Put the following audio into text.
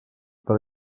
per